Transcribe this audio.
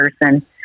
person